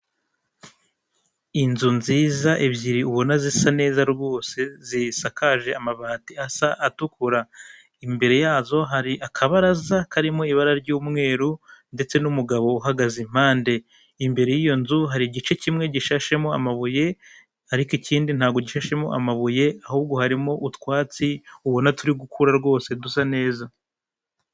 Ni imitako ikorwa n'abanyabugeni, imanitse ku rukuta rw'umukara ubusanzwe ibi byifashishwa mu kubitaka mu mazu, yaba ayo mu ngo ndetse n'ahatangirwamo serivisi.